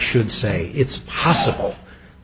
should say it's possible